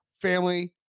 family